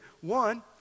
one